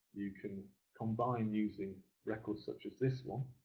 you can combine using records such as this one,